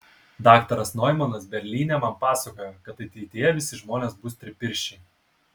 daktaras noimanas berlyne man pasakojo kad ateityje visi žmonės bus tripirščiai